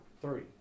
Three